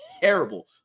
terrible